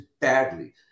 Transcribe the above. badly